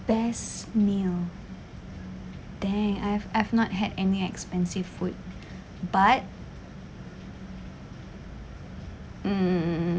best meal damn I've I've not had any expensive food but mm